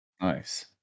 nice